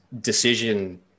decision